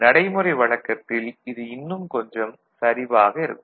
நடைமுறை வழக்கத்தில் இது இன்னும் கொஞ்சம் சரிவாக இருக்கும்